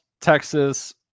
Texas